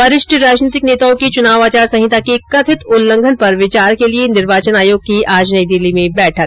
वरिष्ठ राजनीतिक नेताओं के चुनाव आचार संहिता के कथित उल्लंघन पर विचार के लिये निर्वाचन आयोग की आज नई दिल्ली में बैठक